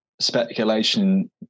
speculation